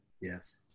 Yes